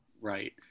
Right